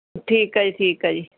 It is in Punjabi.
ਠੀਕ ਆ ਜੀ ਠੀਕ ਆ ਜੀ